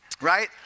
right